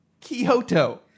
Kyoto